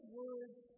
words